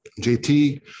JT